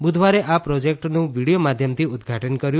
બુધવારે આ પ્રોજેક્ટનું વીડિયો માધ્યમથી ઉદ્વાટન કર્યું